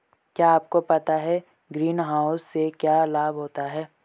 क्या आपको पता है ग्रीनहाउस से क्या लाभ होता है?